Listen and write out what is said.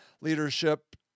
leadership